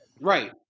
Right